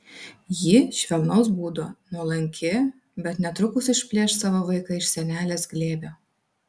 ji švelnaus būdo nuolanki bet netrukus išplėš savo vaiką iš senelės glėbio